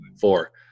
four